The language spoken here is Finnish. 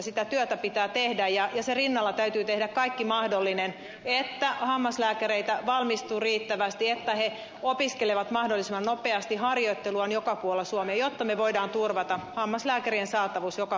sitä työtä pitää tehdä ja sen rinnalla täytyy tehdä kaikki mahdollinen että hammaslääkäreitä valmistuu riittävästi että he opiskelevat mahdollisimman nopeasti harjoittelua on joka puolella suomea jotta me voimme turvata hammaslääkäreiden saatavuuden joka puolella suomea